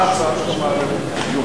מה ההצעה שאתה מעלה בדיוק?